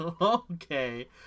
Okay